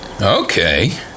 Okay